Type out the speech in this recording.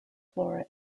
flora